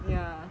yeah